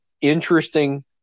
interesting